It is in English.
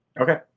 Okay